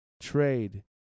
trade